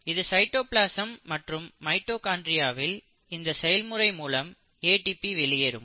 இது சைட்டோபிளாசம் மற்றும் மைட்டோகாண்ட்ரியாவில் இந்த செயல்முறை மூலம் ஏடிபி வெளியேறும்